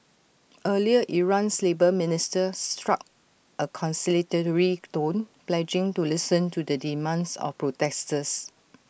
earlier Iran's labour minister struck A conciliatory tone pledging to listen to the demands of protesters